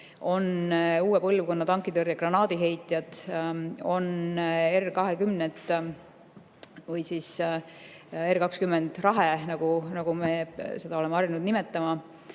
on uue põlvkonna tankitõrje granaadiheitjad, on R20 ehk R20 Rahe, nagu me seda oleme harjunud nimetama,